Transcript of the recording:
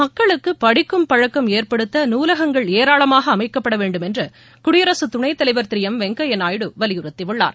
மக்களுக்கு படிக்கும் பழக்கம் ஏற்படுத்த நூலகங்கள் ஏராளமாக அமைக்கப்பட வேண்டும் என்று குடியரசுத் துணைத் தலைவர் திரு எம் வெங்கையா நாயுடு வலியுறுத்தி உள்ளார்